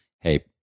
hey